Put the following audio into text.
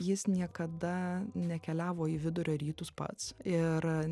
jis niekada nekeliavo į vidurio rytus pats ir